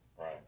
Right